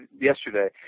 yesterday